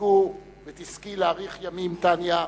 תזכו ותזכי להאריך ימים, טניה,